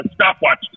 stopwatch